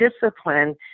discipline